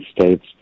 states